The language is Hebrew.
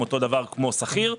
אותו דבר כמו שכיר,